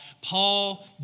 Paul